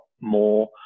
more